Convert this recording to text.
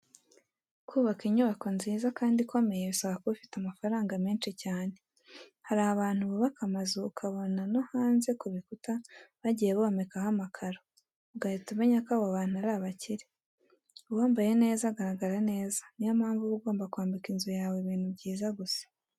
Kubaka inyubako nziza kandi ikomeye bisaba kuba ufite amafaranga menshi cyane. Hari abantu bubaka amazu ukabona no hanze ku bikuta bagiye bomekaho amakaro, ugahita umenya ko abo bantu ari abakire. Uwambaye neza agaragara neza, niyo mpamvu uba ugomba kwambika inzu yawe ibintu byiza gusa.